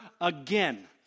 again